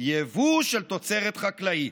יבוא של תוצרת חקלאית.